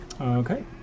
Okay